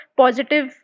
positive